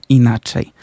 inaczej